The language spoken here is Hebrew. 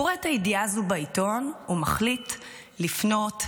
קורא את הידיעה הזאת בעיתון ומחליט לפנות למשטרה.